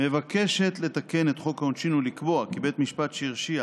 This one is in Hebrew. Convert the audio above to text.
מבקשת לתקן את חוק העונשין ולקבוע כי בית משפט שהרשיע